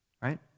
right